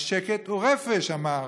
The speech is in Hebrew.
השקט הוא רפש, אמר,